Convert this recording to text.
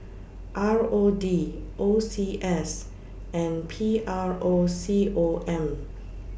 R O D O C S and P R O C O M